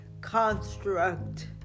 construct